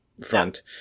front